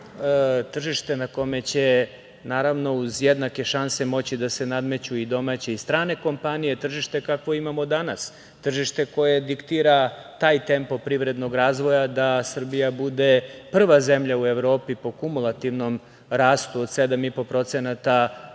tržište na kome će, naravno, uz jednake šanse moći da se nadmeću i domaće i strane kompanije, tržište kakvo imamo danas, tržište koje diktira taj tempo privrednog razvoja da Srbija bude prva zemlja u Evropi po kumulativnom rastu od 7,5% u 2020.